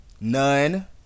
None